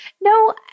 no